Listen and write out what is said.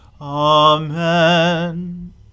Amen